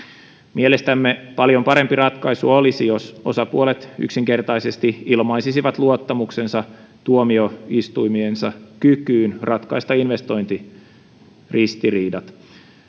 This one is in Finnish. mielestämme paljon parempi ratkaisu olisi jos osapuolet yksinkertaisesti ilmaisisivat luottamuksensa tuomioistuimiensa kykyyn ratkaista investointiristiriidat